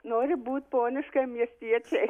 nori būt poniškai miestiečiai